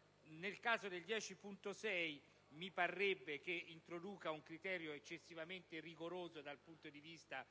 10.6, devo dire che introduce un criterio eccessivamente rigoroso dal punto di vista